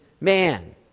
man